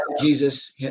Jesus